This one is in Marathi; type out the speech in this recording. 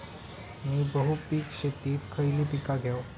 मी बहुपिक शेतीत खयली पीका घेव?